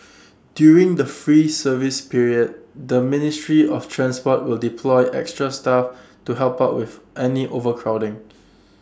during the free service period the ministry of transport will deploy extra staff to help up with any overcrowding